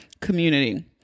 community